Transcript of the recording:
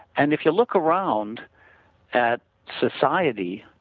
and if you look around at society,